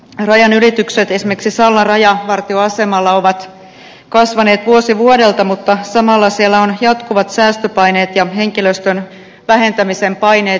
rajanylitykset esimerkiksi sallan rajavartioasemalla ovat kasvaneet vuosi vuodelta mutta samalla siellä on jatkuvat säästöpaineet ja henkilöstön vähentämisen paineet